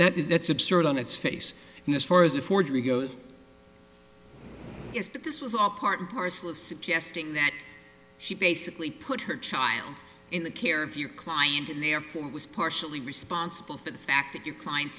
that is that's absurd on its face as far as a forgery goes yes but this was all part and parcel of suggesting that she basically put her child in the care of your client in therefore it was partially responsible for the fact that your client